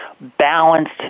balanced